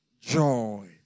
joy